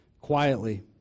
quietly